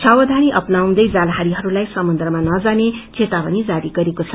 सावधानी अपनाउँदै जालहारीहरूलाईसमुन्द्रमा नजाने चेतावनी दिइएको छ